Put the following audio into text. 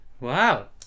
wow